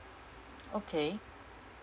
okay